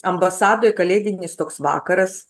ambasadoj kalėdinis toks vakaras